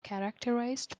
characterized